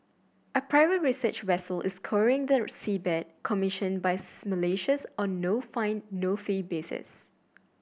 a private research vessel is scouring the seabed commissioned by Malaysians on no find no fee basis